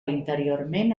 interiorment